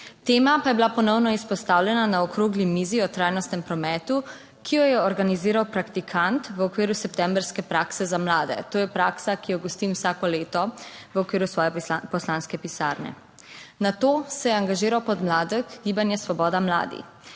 tema pa je bila ponovno izpostavljena na okrogli mizi o trajnostnem prometu, ki jo je organiziral praktikant v okviru septembrske prakse za mlade, to je praksa, ki jo gostim vsako leto v okviru svoje poslanske pisarne, nato se je angažiral podmladek Gibanje Svoboda mladih.